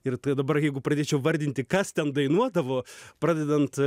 ir tai dabar jeigu pradėčiau vardinti kas ten dainuodavo pradedant